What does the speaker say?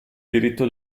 diritto